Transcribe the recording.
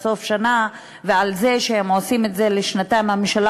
סוף שנה ועל זה שעושים את זה לשנתיים,